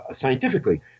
scientifically